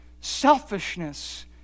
selfishness